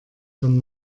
schon